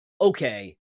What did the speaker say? Okay